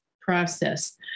process